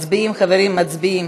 מצביעים, חברים, מצביעים.